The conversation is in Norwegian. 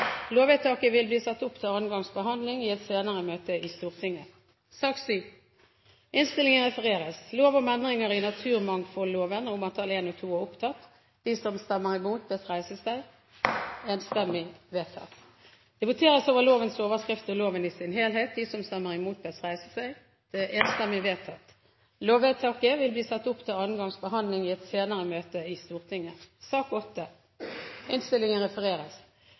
Lovvedtaket vil bli ført opp til andre gangs behandling i et senere møte i Stortinget. Det voteres over lovens overskrift og loven i sin helhet. Lovvedtaket vil bli ført opp til andre gangs behandling i et senere møte i Stortinget.